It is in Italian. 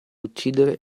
uccidere